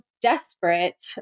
desperate